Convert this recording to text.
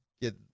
get